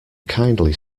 kindly